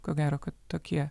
ko gero kad tokie